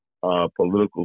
political